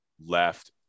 left